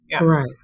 right